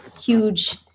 huge